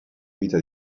vita